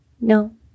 no